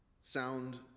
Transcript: Sound